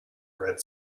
red